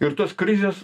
ir tos krizės